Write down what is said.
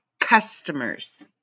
customers